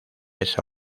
esa